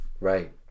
Right